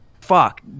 fuck